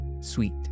Sweet